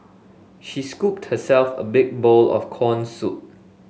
she scooped herself a big bowl of corn soup